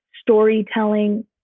storytelling